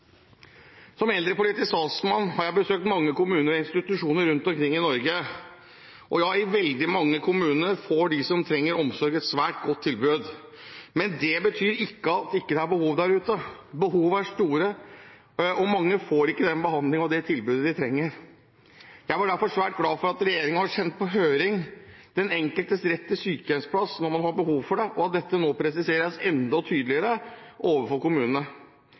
Som eldrepolitisk talsmann har jeg besøkt mange kommuner og institusjoner rundt omkring i Norge. I veldig mange kommuner får de som trenger omsorg, et svært godt tilbud. Det betyr ikke at det ikke er behov der ute. Behovene er store, og mange får ikke den behandlingen og det tilbudet de trenger. Jeg var derfor svært glad for at regjeringen har sendt på høring den enkeltes rett til sykehjemsplass når man har behov for det, og at dette nå presiseres enda tydeligere overfor kommunene,